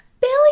Billy